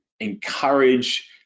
encourage